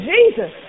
Jesus